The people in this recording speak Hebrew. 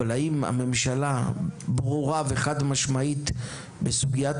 אבל האם הממשלה ברורה וחד משמעית בסוגיית